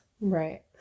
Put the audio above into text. Right